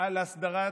על הסדרת,